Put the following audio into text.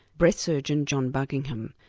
breast surgeon, john buckingham.